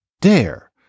dare